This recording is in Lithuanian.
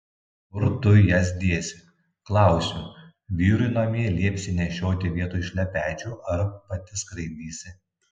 kur tu jas dėsi klausiu vyrui namie liepsi nešioti vietoj šlepečių ar pati skraidysi